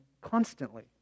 constantly